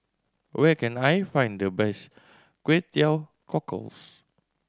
where can I find the best Kway Teow Cockles